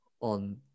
on